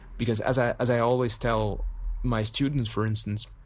because as i as i always tell my students for instance,